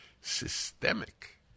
systemic